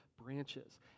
branches